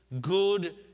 good